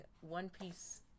one-piece